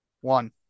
one